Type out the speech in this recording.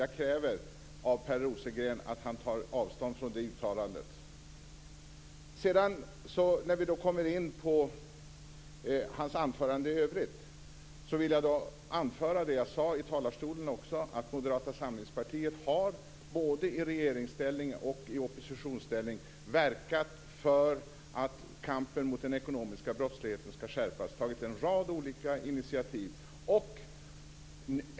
Jag kräver av Per Rosengren att han tar avstånd från det uttalandet. När vi kommer in på hans anförande i övrigt vill jag anföra det jag sade i talarstolen också, nämligen att Moderata samlingspartiet både i regeringsställning och i oppositionsställning har verkat för att kampen mot den ekonomiska brottsligheten skall skärpas. Vi har tagit en rad olika initiativ.